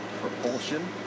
propulsion